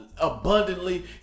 abundantly